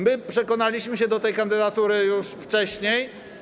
My przekonaliśmy się do tej kandydatury już wcześniej.